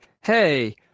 hey